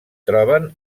troben